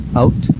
out